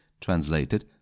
translated